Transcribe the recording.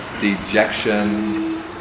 dejection